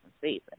season